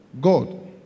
God